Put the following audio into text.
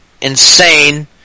insane